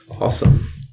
awesome